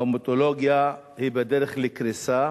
ההמטולוגיה היא בדרך לקריסה,